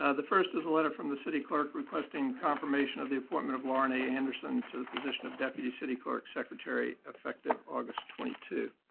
the first is a letter from the city clerk requesting confirmation of the appointment of lauren a. anderson to the position of deputy city clerk secretary effective august twenty two.